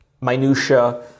minutiae